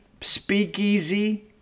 speakeasy